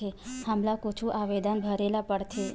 हमला कुछु आवेदन भरेला पढ़थे?